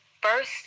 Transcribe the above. first